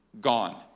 gone